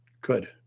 good